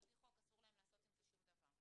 פי חוק אסור להם לעשות עם זה שום דבר.